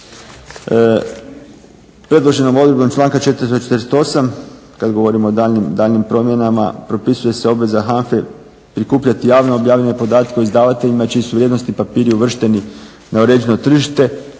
Predloženom odredbom članka 448., kad govorimo o daljnjim promjenama, propisuje se obveza HANFA-e prikupljati i javno objavljivanje podatke o izdavateljima čiji su vrijednosni papiri uvršteni na određeno tržište,